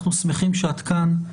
אנחנו שמחים שאת כאן,